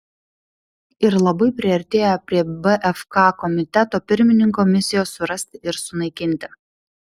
ir labai priartėjo prie bfk komiteto pirmininko misijos surasti ir sunaikinti